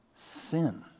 sin